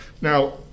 Now